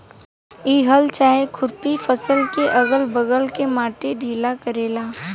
इ हल चाहे खुरपी फसल के अगल बगल के माटी ढीला करेला